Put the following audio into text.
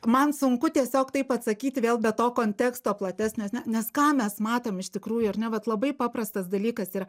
man sunku tiesiog taip atsakyti vėl be to konteksto platesnio nes na nes ką mes matėm iš tikrųjų ar ne vat labai paprastas dalykas yra